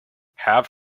have